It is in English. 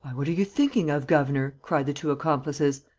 what are you thinking of, governor? cried the two accomplices.